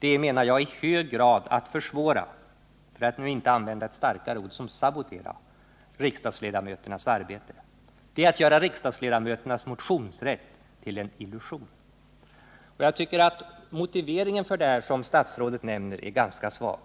är, menar jag, i hög grad att försvåra — för att nu inte använda ett starkare ord som sabotera — riksdagsledamöternas arbete. Det är att göra riksdagsledamöternas motionsrätt till en illusion. Den motivering för detta förfarande som statsrådet anför tycker jag är ganska svag.